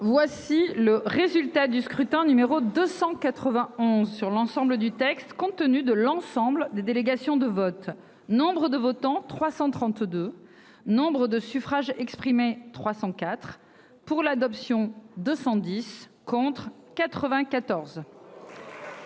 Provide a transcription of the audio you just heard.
Voici le résultat du scrutin numéro 280 ans sur l'ensemble du texte. Compte tenu de l'ensemble des délégations de vote. Nombre de votants, 332. Nombre de suffrages exprimés, 304 pour l'adoption de 10 contre 94.